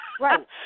Right